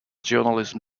journalism